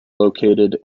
located